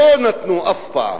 לא נתנו אף פעם,